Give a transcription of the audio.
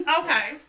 okay